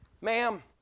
Ma'am